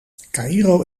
caïro